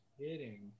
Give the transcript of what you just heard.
kidding